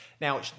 Now